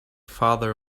father